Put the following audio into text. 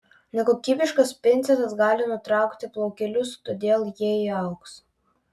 nekokybiškas pincetas gali nutraukti plaukelius todėl jie įaugs